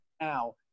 now